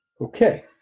Okay